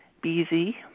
B-Z